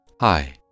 Hi